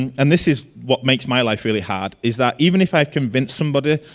and and this is what makes my life really hard is that even if i convince somebody,